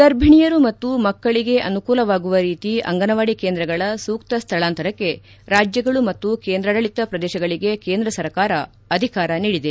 ಗರ್ಭಣಿಯರು ಮತ್ತು ಮಕ್ಕಳಿಗೆ ಅನುಕೂಲವಾಗುವ ರೀತಿ ಅಂಗನವಾಡಿ ಕೇಂದ್ರಗಳ ಸೂಕ್ತ ಸ್ಥಳಾಂತರಕ್ಕೆ ರಾಜ್ಜಗಳು ಮತ್ತು ಕೇಂದ್ರಾಡಳಿತ ಪ್ರದೇಶಗಳಿಗೆ ಕೇಂದ್ರ ಸರ್ಕಾರ ಅಧಿಕಾರ ನೀಡಿದೆ